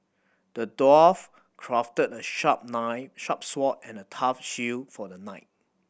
the dwarf crafted a sharp nine a sharp sword and a tough shield for the knight